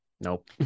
Nope